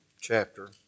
chapter